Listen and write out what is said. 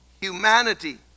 humanity